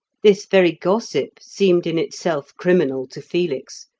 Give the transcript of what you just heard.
this very gossip seemed in itself criminal to felix,